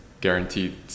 Guaranteed